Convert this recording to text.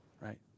right